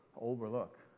Overlook